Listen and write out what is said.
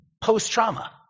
post-trauma